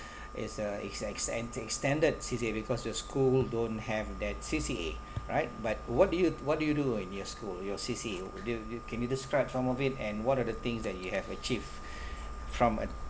it's a it's ex~ an~ it's standard C_C_A because your school don't have that C_C_A right but what do you what do you do in your school your C_C_A uh do you can you describe some of it and what are the thing that you have achieved from